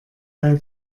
bei